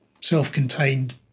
self-contained